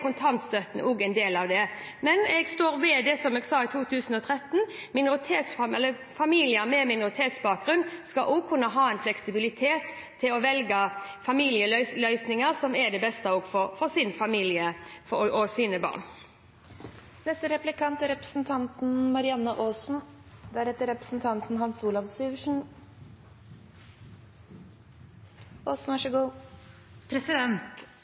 en del av det. Men jeg står ved det som jeg sa i 2013: Familier med minoritetsbakgrunn skal også kunne ha en fleksibilitet til å velge løsninger som er det beste for sin familie og sine barn. Utdanning er